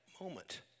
moment